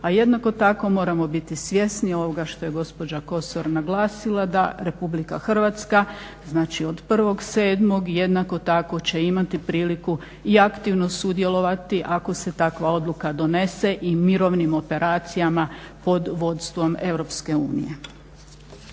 A jednako tako moramo biti svjesni ovoga što je gospođa Kosor naglasila da RH od 1.7.jednako tako će imati priliku i aktivno sudjelovati ako se takva odluka donese i mirovnim operacijama pod vodstvom EU.